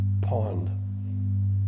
pond